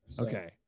Okay